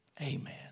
Amen